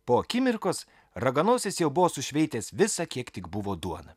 po akimirkos raganosis jau buvo sušveitęs visą kiek tik buvo duoną